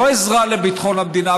לא עזרה לביטחון המדינה,